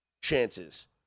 chances